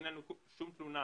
אין לנו שום תלונה